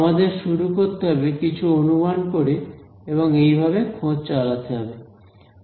আমাদের শুরু করতে হবে কিছু অনুমান করে এবং এইভাবে খোঁজ চালাতে হবে